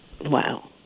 wow